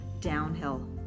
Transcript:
downhill